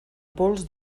pols